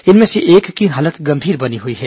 इनमें से एक की हालत गंभीर बनी हई है